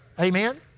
Amen